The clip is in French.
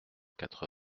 quatre